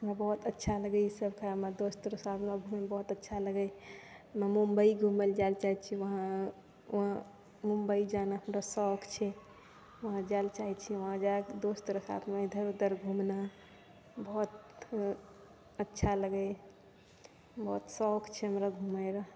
हमरा बहुत अच्छा लगै हँ ई सब खाइमे दोस्त रऽ साथमे घूमना बहुत अच्छा लगै छै हमे मुम्बइ घुमै ला जाइ चाहै छी वहाँ मुम्बइ जाना हमरा शौक छै वहाँ जाइ लए चाहै छी वहाँ जाकऽ दोस्त रऽ साथमे इधर उधर घूमना बहुत अच्छा लगै हँ बहुत शौक छै हमरा घुमै रऽ